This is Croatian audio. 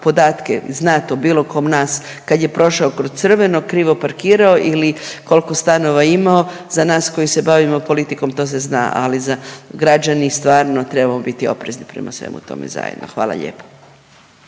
podatke, znat o bilo kom nas kad je prošao kroz crveno, krivo parkirao ili koliko stanova imao, za nas koji se bavimo politikom to se zna, ali za građani stvarno trebamo biti oprezni prema svemu tome zajedno. Hvala lijepo.